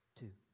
two